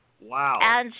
wow